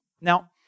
Now